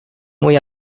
muy